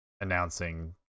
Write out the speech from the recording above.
announcing